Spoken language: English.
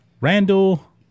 Randall